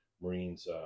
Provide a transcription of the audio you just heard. Marines